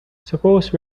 suppose